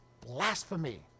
blasphemy